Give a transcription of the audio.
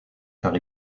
car